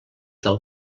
del